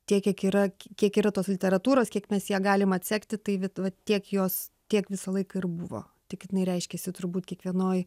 tiek kiek yra kiek yra tos literatūros kiek mes ją galim atsekti tai vit va tiek jos tiek visą laiką ir buvo tik jinai reiškiasi turbūt kiekvienoj